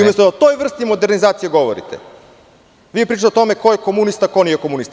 Umesto da o toj vrsti modernizacije govorite, vi pričate o tome ko je komunista, ko nije komunista.